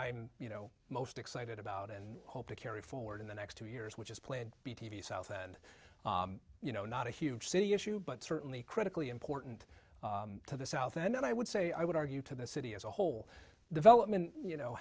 i you know most excited about and hope to carry forward in the next two years which is plan b t v south and you know not a huge city issue but certainly critically important to the south and i would say i would argue to the city as a whole development you know